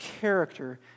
character